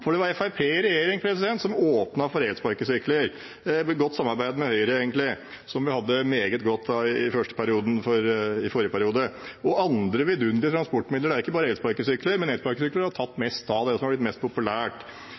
Det var Fremskrittspartiet i regjering som åpnet for elsparkesykler, i et godt samarbeid med Høyre, som vi hadde et meget godt samarbeid med i forrige periode. Det er også andre vidunderlige transportmidler – det er ikke bare elsparkesykler, men elsparkesykler har tatt mest av, det er det som har blitt mest populært.